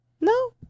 No